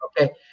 Okay